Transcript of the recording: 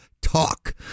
talk